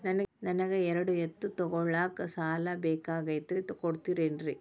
ನನಗ ಎರಡು ಎತ್ತು ತಗೋಳಾಕ್ ಸಾಲಾ ಬೇಕಾಗೈತ್ರಿ ಕೊಡ್ತಿರೇನ್ರಿ?